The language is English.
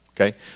okay